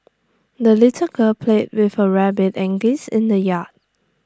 the little girl played with her rabbit and geese in the yard